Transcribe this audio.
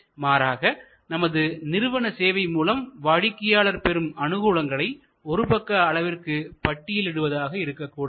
மாறாக நமது நிறுவன சேவை மூலம் வாடிக்கையாளர் பெறும் அனுகூலங்களை ஒரு பக்க அளவிற்கு பட்டியல் இடுவதாக இருக்கக்கூடாது